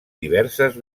diverses